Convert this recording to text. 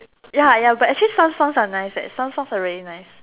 ya ya but actually some songs are nice eh some songs are really nice